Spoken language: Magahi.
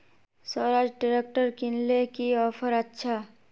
स्वराज ट्रैक्टर किनले की ऑफर अच्छा?